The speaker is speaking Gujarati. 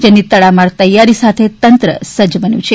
જેની તડામાર તૈયારી સાથે તંત્ર સજ્જ બન્યું છે